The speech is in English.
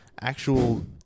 actual